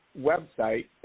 website